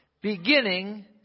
beginning